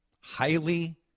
Highly